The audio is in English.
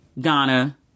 Ghana